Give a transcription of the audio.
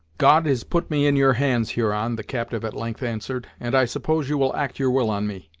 god has put me in your hands, huron, the captive at length answered, and i suppose you will act your will on me.